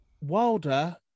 Wilder